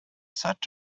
such